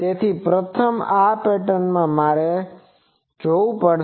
તેથી પ્રથમ આ પેટર્નમાં મારે તે જોવું પડશે